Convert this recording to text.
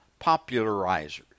popularizers